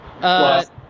Plus